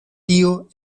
tio